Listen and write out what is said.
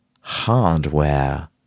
hardware